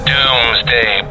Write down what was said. Doomsday